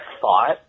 thought